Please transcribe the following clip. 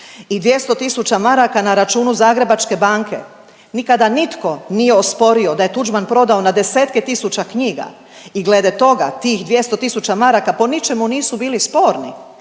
i 200 tisuća maraka na računu Zagrebačke banke. Nikada nitko nije osporio da je Tuđman prodao na desetke tisuća knjiga i glede toga, tih 200 tisuća maraka po ničemu nisu bili sporni.